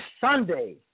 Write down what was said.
Sunday